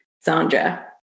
Sandra